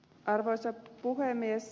arvoisa puhemies